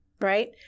right